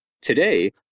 Today